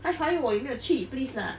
还还我有没有去 please lah